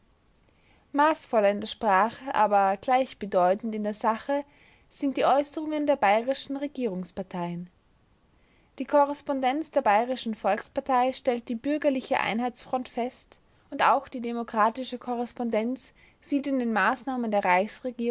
der sprache aber gleichbedeutend in der sache sind die äußerungen der bayerischen regierungsparteien die korrespondenz der bayerischen volkspartei stellt die bürgerliche einheitsfront fest und auch die demokratische korrespondenz sieht in den maßnahmen der